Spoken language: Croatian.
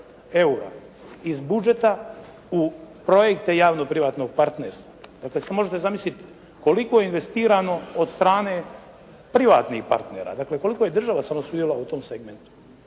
eura iz budžeta u projekte javno-privatnog partnerstva. Dakle, sad možete zamisliti koliko je investirano od strane privatnih partnera. Dakle, koliko je država samo sudjelovala u tom segmentu.